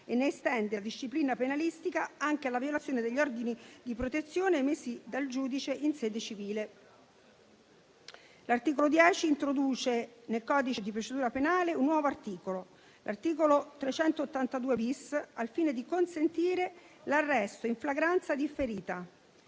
e ne estende la disciplina penalistica anche alla violazione degli ordini di protezione emessi dal giudice in sede civile. L'articolo 10 introduce nel codice di procedura penale il nuovo articolo 382-*bis*, al fine di consentire l'arresto in flagranza differita